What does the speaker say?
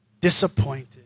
disappointed